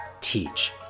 teach